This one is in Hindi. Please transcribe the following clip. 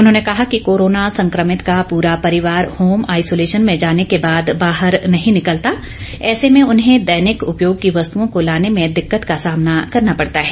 उन्होंने कहा कि कोरोना संक्रमित का पूरा परिवार होमआईसोलेशन में जाने के बाद बाहर नहीं निकलता ऐसे में उन्हें दैनिक उपयोग की वस्तुओं को लाने में दिक्कत का सामना करना पड़ता है